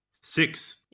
Six